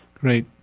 Great